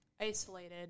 isolated